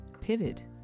Pivot